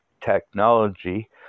technology